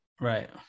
right